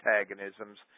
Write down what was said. antagonisms